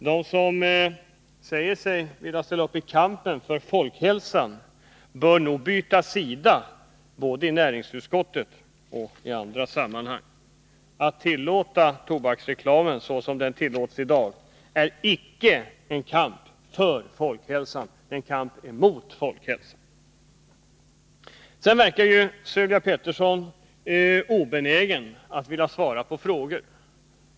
De som säger sig vilja ställa upp i kampen för folkhälsan bör nog byta sida, både i näringsutskottet och i andra sammanhang. Att tillåta tobaksreklamen såsom den bedrivs i dag är icke att föra en kamp för folkhälsan, utan det är att föra en kamp mot folkhälsan. Sedan vill jag säga att Sylvia Pettersson verkar obenägen att svara på frågor.